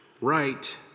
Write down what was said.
right